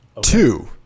Two